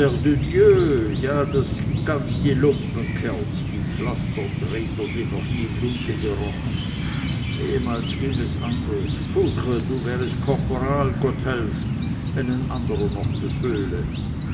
ja das sind ganz die lumpenkerls die pflastertreter die noch nie lunte gerochen ehemals ging es anders foudre du wärest korporal gotthelf wenn ein anderer noch beföhle